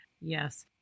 Yes